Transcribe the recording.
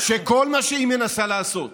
כשכל מה שהיא מנסה לעשות